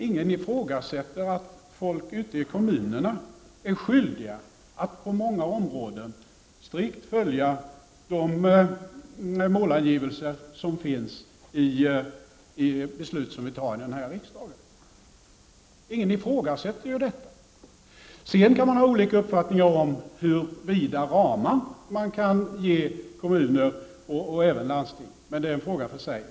Ingen ifrågasätter att folk ute i kommunerna är skyldiga att på många områden strikt följa de målangivelser som finns i de beslut vi fattar i denna riksdag. Ingen ifrågasätter detta! Sedan kan man ha olika uppfattningar om hur vida ramar man kan ge kommuner och landsting. Men det är en fråga för sig.